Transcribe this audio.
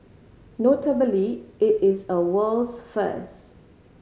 notably it is a world's first